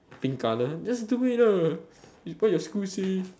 pink colour just do it lah what your school say